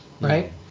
right